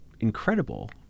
incredible